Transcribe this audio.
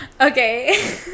Okay